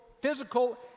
physical